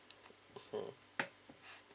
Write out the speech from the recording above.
mmhmm